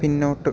പിന്നോട്ട്